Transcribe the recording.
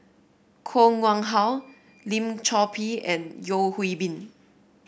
Koh Nguang How Lim Chor Pee and Yeo Hwee Bin